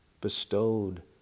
bestowed